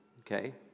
okay